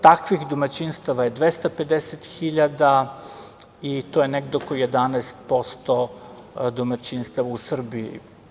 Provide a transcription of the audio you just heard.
Takvih domaćinstava je 250 hiljada i to je negde oko 11% domaćinstava u Srbiji.